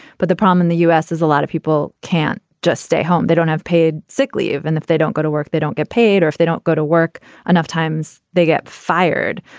but the problem in the u s. is a lot of people can just stay home. they don't have paid sick leave. and if they don't go to work, they don't get paid. or if they don't go to work enough times, they get fired.